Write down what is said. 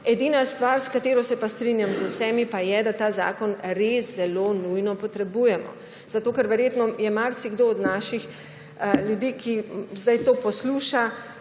Edina stvar, s katero se pa z vsemi strinjam, pa je, da ta zakon res zelo nujno potrebujemo, ker verjetno je marsikdo od naših ljudi, ki sedaj to posluša,